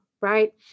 right